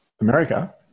America